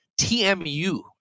TMU